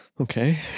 okay